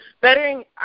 bettering